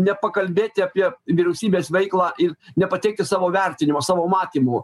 nepakalbėti apie vyriausybės veiklą ir nepateikti savo vertinimo savo matymų